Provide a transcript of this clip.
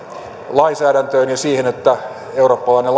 lainsäädäntöön ja siihen että eurooppalainen